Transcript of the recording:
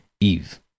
Eve